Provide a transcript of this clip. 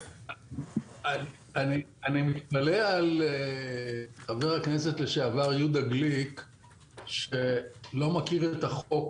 אני מתפלא על חבר הכנסת לשעבר יהודה גליק שלא מכיר את החוק